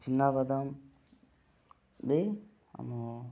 ଚିନାବାଦାମ ବି ଆମ